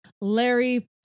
Larry